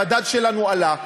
המדד שלנו עלה.